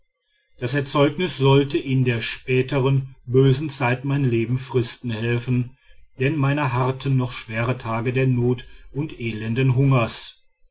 das erzeugnis sollte in der spätern bösen zeit mein leben fristen helfen denn meiner harrten noch schwere tage der not und elenden hungers